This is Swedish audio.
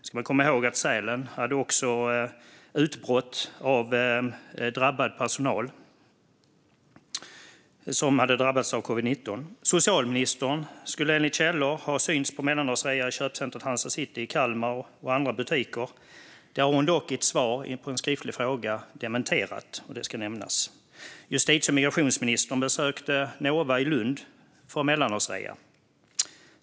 Vi ska komma ihåg att Sälen också hade ett utbrott bland personalen, där flera hade drabbats av covid-19. Socialministern ska enligt källor ha synts på mellandagsrea i köpcentrumet Hansa City i Kalmar och andra butiker. Detta har hon dock dementerat i ett svar på en skriftlig fråga; det ska nämnas. Justitie och migrationsministern besökte Nova i Lund på mellandagsrean.